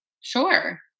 Sure